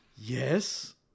yes